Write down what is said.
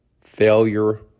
failure